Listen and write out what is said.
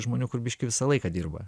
žmonių kur biškį visą laiką dirba